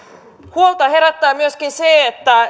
huolta herättää myöskin se että